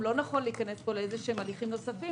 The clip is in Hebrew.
לא נכון להיכנס פה להליכים נוספים.